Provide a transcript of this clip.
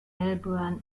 melbourne